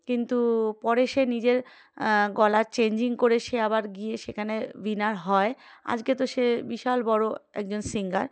কিন্তু পরে সে নিজের গলার চেঞ্জিং করে সে আবার গিয়ে সেখানে উইনার হয় আজকে তো সে বিশাল বড়ো একজন সিঙ্গার